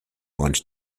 launch